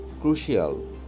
crucial